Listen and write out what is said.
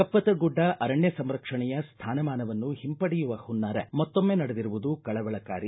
ಕಪ್ಪತ್ತಗುಡ್ಡ ಅರಣ್ಯ ಸಂರಕ್ಷಣೆಯ ಸ್ಥಾನಮಾನವನ್ನು ಒಂಪಡೆಯುವ ಹುನ್ನಾರ ಮತ್ತೊಮ್ಮ ನಡೆದಿರುವುದು ಕಳವಳಕಾರಿ